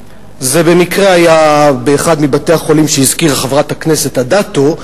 זה במקרה היה באחד מבתי-החולים שהזכירה חברת הכנסת אדטו,